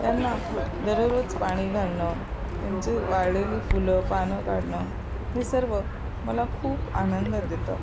त्यांना दररोज पाणी घालणं त्यांचे वाळलेली फुलं पानं काढणं हे सर्व मला खूप आनंद देतं